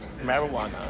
marijuana